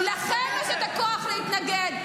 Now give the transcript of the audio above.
לכם יש הכוח להתנגד.